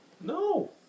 No